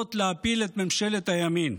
בניסיונות להפיל את ממשלת הימין.